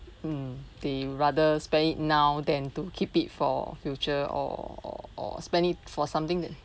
mm they rather spend it now than to keep it for future or or or spend it for something that